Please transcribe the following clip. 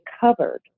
covered